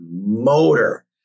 motor